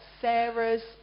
Sarah's